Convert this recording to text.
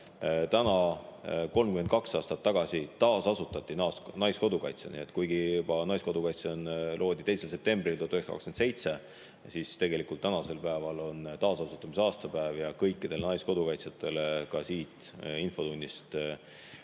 Täna 32 aastat tagasi taasasutati Naiskodukaitse. Kuigi Naiskodukaitse loodi juba 2. septembril 1927, siis tänasel päeval on taasasutamise aastapäev. Kõikidele naiskodukaitsjatele ka siit infotunnist: